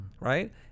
right